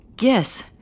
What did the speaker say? Yes